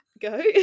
go